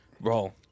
Bro